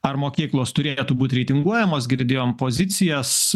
ar mokyklos turėtų būti reitinguojamos girdėjom pozicijas